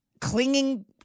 clinging